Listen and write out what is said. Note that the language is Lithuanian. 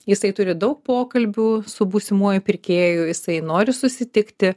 jisai turi daug pokalbių su būsimuoju pirkėju jisai nori susitikti